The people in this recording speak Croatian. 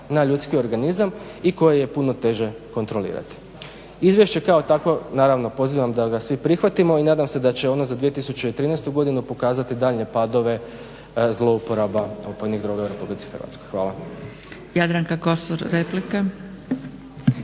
na ljudski organizam i koje je puno teže kontrolirati. Izvješće kao takvo naravno pozivam da ga svi prihvatimo i nadam se da će ono za 2013. godinu pokazati daljnje padove zlouporaba opojnih droga u RH. Hvala.